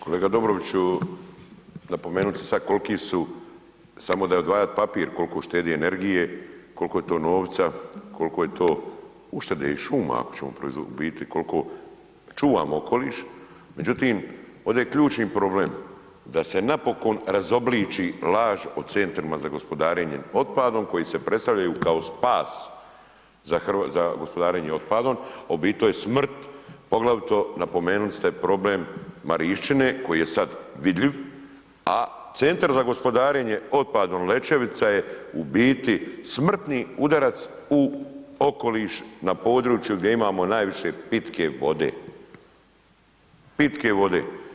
Kolega Dobroviću, napomenuli ste sad kolki su samo da je odvajat papir kolko štedi energije, kolko je to novca, kolko je to uštede i šuma ako ćemo, u biti kolko čuvamo okoliš, međutim, ovdje je ključni problem da se napokon razobliči laž o centrima za gospodarenjem otpadom koji se predstavljaju kao spas za gospodarenjem otpadom, a u biti to je smrt, poglavito napomenuli ste problem Marišćine koji je sad vidljiv, a Centar za gospodarenjem otpadom Lećevica je u biti smrtni udarac u okoliš na području gdje imamo najviše pitke vode, pitke vode.